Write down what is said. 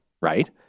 right